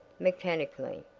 mechanically.